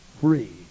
free